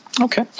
Okay